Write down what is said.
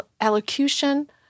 elocution